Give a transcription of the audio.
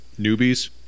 newbies